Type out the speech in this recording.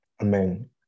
Amen